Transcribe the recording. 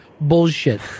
Bullshit